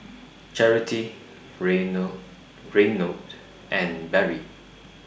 Charity Reynold and Barry